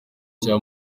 cya